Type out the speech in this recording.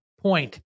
Point